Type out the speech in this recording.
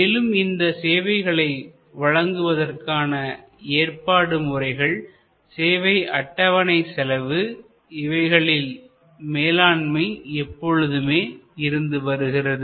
மேலும் இந்த சேவைகளை வழங்குவதற்கான ஏற்பாடு முறைகள் சேவை அட்டவணை செலவு இவைகளின் மேலாண்மை எப்பொழுதுமே இருந்து வருகிறது